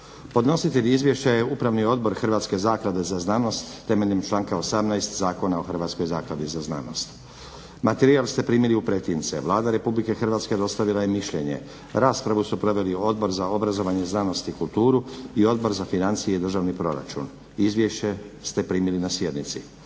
Podnositelj izvješća je Upravni odbor Hrvatske zaklade za znanost temeljem članka 18. Zakona o Hrvatskoj zakladi za znanost. Materijal ste primili u pretince. Vlada Republike Hrvatske dostavila je mišljenje. Raspravu su proveli Odbor za obrazovanje, znanost i kulturu i Odbor za financije i državni proračun. Izvješće ste primili na sjednici.